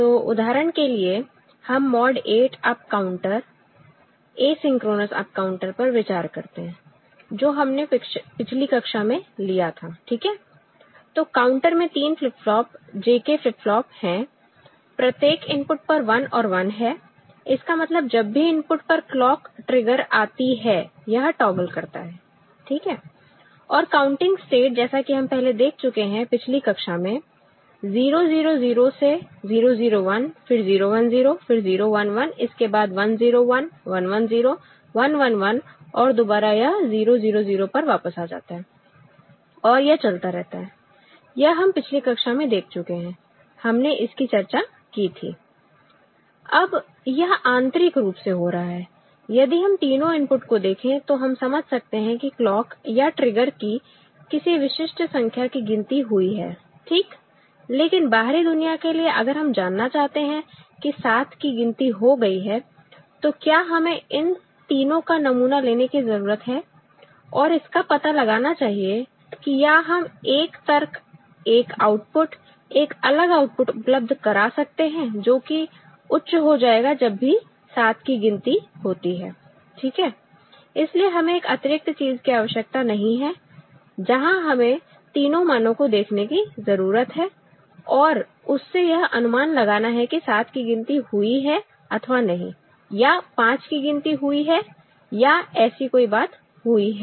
तो उदाहरण के लिए हम mod 8 up counter asynchronous up counter पर विचार करते हैं जो हमने पिछली कक्षा में लिया था ठीक है तो काउंटर में 3 flip flop JK flip flop हैंप्रत्येक इनपुट पर 1 और 1 है इसका मतलब जब भी इनपुट पर क्लॉक ट्रिगर आती है यह टॉगल करता है ठीक है और काउंटिंग स्टेट जैसा कि हम पहले देख चुके हैं पिछली कक्षा में 0 0 0 से 0 0 1 फिर 0 1 0 फिर 0 1 1 इसके बाद 1 0 1 1 1 0 1 1 1 और दोबारा यह 0 0 0 पर वापस आ जाता है और यह चलता रहता है यह हम पिछली कक्षा में देख चुके हैं हमने इसकी चर्चा की थी अब यह आंतरिक रूप से हो रहा है यदि हम तीनों इनपुट को देखें तो हम समझ सकते हैं कि क्लॉक या ट्रिगर की किसी विशिष्ट संख्या की गिनती हुई है ठीक लेकिन बाहरी दुनिया के लिए अगर हम जानना चाहते हैं कि 7 की गिनती हो गई है तो क्या हमें इन तीनों का नमूना लेने की जरूरत है और इसका पता लगाना चाहिए या हम एक तर्क एक आउटपुट एक अलग आउटपुट उपलब्ध करा सकते हैं जो कि उच्च हो जाएगा जब भी 7 की गिनती होती है ठीक है इसलिए हमें एक अतिरिक्त चीज की आवश्यकता नहीं है जहां हमें तीनों मानो को देखने की जरूरत है और उससे यह अनुमान लगाना है कि 7 की गिनती हुई है अथवा नहीं या 5 की गिनती हुई है या ऐसी कोई बात हुई है